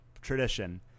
tradition